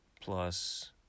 plus